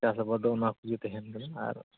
ᱪᱟᱥ ᱟᱵᱟᱫᱽ ᱚᱱᱟ ᱠᱚᱜᱮ ᱛᱟᱦᱮᱱ ᱠᱟᱱᱟ ᱟᱨ